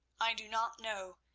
i do not know,